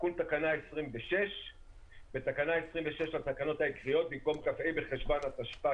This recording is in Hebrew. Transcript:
"תיקון תקנה 26 בתקנה 26 לתקנות העיקריות במקום "כ"ה בחשוון התשפ"א